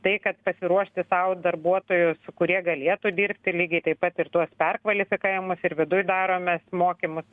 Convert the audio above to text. tai kad pasiruošti sau darbuotojus kurie galėtų dirbti lygiai taip pat ir tuos perkvalifikavimus ir viduj darome mokymus